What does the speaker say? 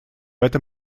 этом